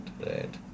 right